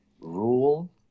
rule